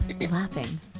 laughing